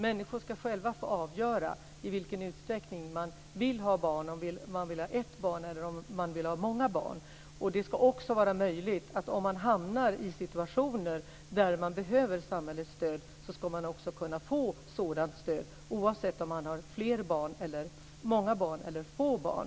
Människor ska själva få avgöra i vilken utsträckning de vill ha barn, om de vill ha ett barn eller om de vill ha många barn. Om man hamnar i situationer där man behöver samhällets stöd ska man också kunna få sådant stöd oavsett om man har många barn eller få barn.